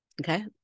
okay